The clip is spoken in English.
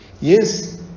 Yes